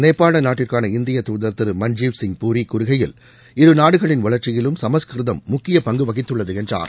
நேபாள நாட்டுக்கான இந்திய தூதர் திரு மன்ஜீவ் சிங் பூரி கூறுகையில் இரு நாடுகளின் வளர்ச்சியிலும் சமஸ்கிருதம் முக்கிய பங்கு வகித்துள்ளது என்றார்